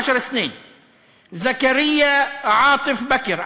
(בערבית: עשר שנים); זכריא עאטף בכר,